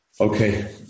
Okay